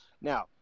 now